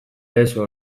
lezo